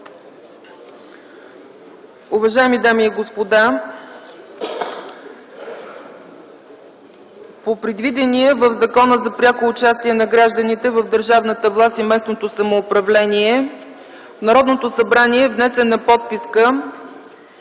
Уважаеми дами и господа, по предвиденото в Закона за пряко участие на гражданите в държавната власт и местното самоуправление, в Народното събрание е внесена подписка